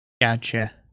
Gotcha